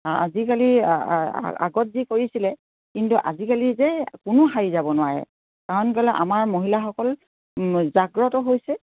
আজিকালি আগত যি কৰিছিলে কিন্তু আজিকালি যে কোনো সাৰি যাব নোৱাৰে কাৰণ ক'লে আমাৰ মহিলাসকল জাগ্ৰতো হৈছে